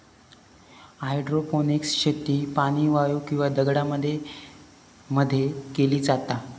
hydroponics शेती पाणी, वाळू किंवा दगडांमध्ये मध्ये केली जाता